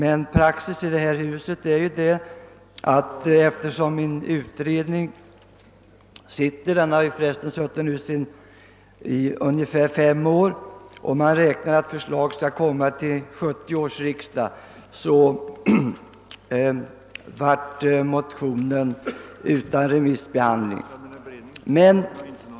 Eftersom det nu sitter en utredning — den har för resten suttit i ungefär fem år — och man räknar med att förslag skall framläggas till 1970 års riksdag, blev motionen enligt praxis i detta hus inte föremål för remissbehandling.